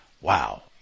Wow